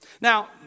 Now